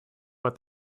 but